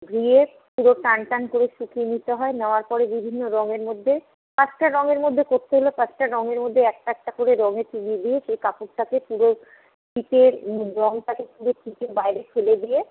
ধুয়ে পুরো টানটান করে শুকিয়ে নিতে হয় নেওয়ার পরে বিভিন্ন রঙের মধ্যে পাঁচটা রঙের মধ্যে করতে হলে পাঁচটা রঙের মধ্যে একটা একটা করে রঙে চুবিয়ে দিয়ে সেই কাপড়টাকে পুরো চিপে রঙটাকে পুরো চিপে বাইরে ফেলে দিয়ে